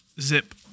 Zip